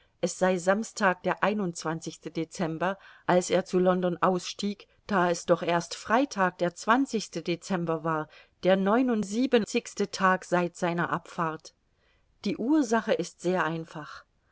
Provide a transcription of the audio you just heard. es sei samstag der dezember als er zu london ausstieg da es doch erst freitag der dezember war der neunundsiebenzigste tag seit seiner abfahrt die ursache ist sehr einfach